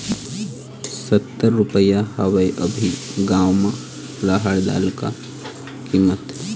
रहड़ दाल के इ सप्ता का कीमत रही?